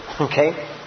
Okay